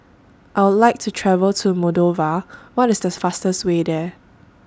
I Would like to travel to Moldova What IS The fastest Way There